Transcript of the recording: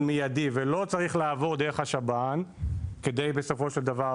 מידי ולא צריך לעבור דרך השב"ן כדי בסופו של דבר.